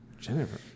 Jennifer